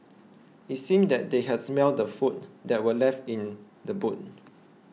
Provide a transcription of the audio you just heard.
it seemed that they had smelt the food that were left in the boot